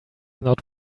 not